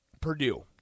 Purdue